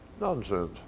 Nonsense